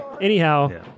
Anyhow